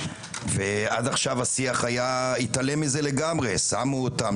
ועד עכשיו השיח התעלם מזה לגמרי שמו אותם,